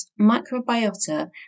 microbiota